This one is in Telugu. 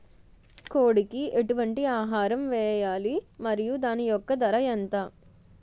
కోడి కి ఎటువంటి ఆహారం వేయాలి? మరియు దాని యెక్క ధర ఎంత?